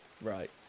right